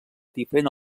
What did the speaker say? diferent